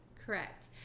Correct